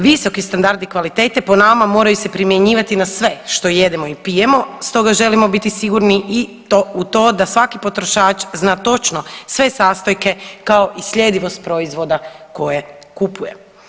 Visoki standardi kvalitete po nama moraju se primjenjivati na sve što jedemo i pijemo stoga želimo biti sigurni i u to da svaki potrošač zna točno sve sastojke kao i sljedivost proizvoda koje kupuje.